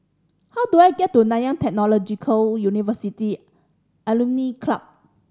how do I get to Nanyang Technological University Alumni Club